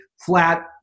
flat